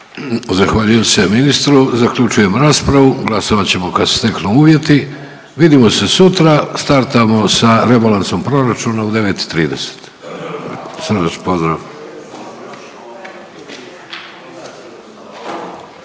Zahvaljujem se ministru. Zaključujem raspravu, glasovat ćemo kad se steknu uvjeti. Vidimo se sutra, startamo sa rebalansom proračuna u 9,30. Srdačan pozdrav.